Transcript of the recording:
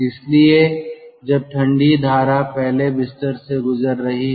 इसलिए जब ठंडी धारा पहले बिस्तर से गुजर रही है